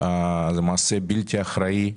זה מעשה בלתי אחראי,